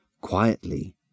Quietly